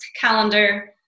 calendar